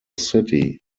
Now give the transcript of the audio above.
city